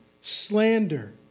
slander